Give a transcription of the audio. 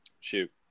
Shoot